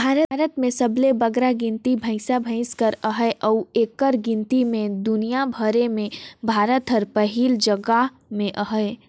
भारत में सबले बगरा गिनती भंइसा भंइस कर अहे अउ एकर गिनती में दुनियां भेर में भारत हर पहिल जगहा में अहे